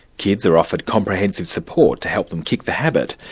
kids are offered comprehensive support to help them kick the habit.